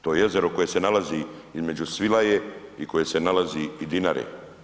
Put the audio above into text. To je jezero koje se nalazi između Svilaje i koje se nalazi i Dinare.